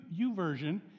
Uversion